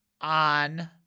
on